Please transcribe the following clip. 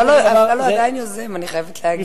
אפללו עדיין יוזם, אני חייבת להגיד.